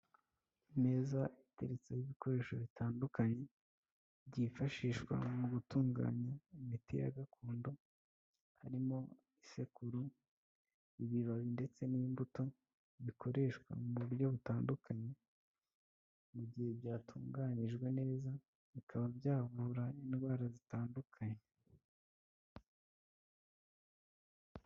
Imeza iteretseho ibikoresho bitandukanye byifashishwa mu gutunganya imiti ya gakondo, harimo isekuru ibibabi ndetse n'imbuto bikoreshwa mu buryo butandukanye, mu gihe byatunganijwe neza bikaba byavura indwara zitandukanye.